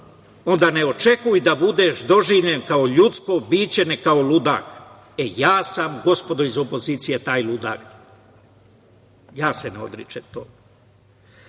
onda ne očekuj da budeš doživljen kao ljudsko biće, nego kao ludak. Ja sam, gospodi iz opozicije, taj ludak. Ja se ne odričem toga.